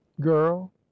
girl